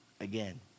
again